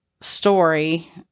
story